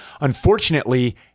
Unfortunately